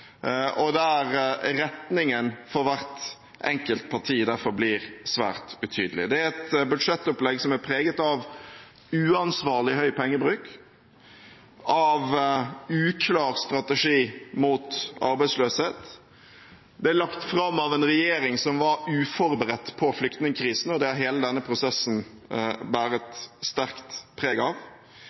og der retningen for hvert enkelt parti derfor blir svært betydelig. Det er et budsjettopplegg som er preget av uansvarlig høy pengebruk, av uklar strategi mot arbeidsløshet, det er lagt fram av en regjering som var uforberedt på flyktningkrisen, og det har hele denne prosessen båret sterkt preg av.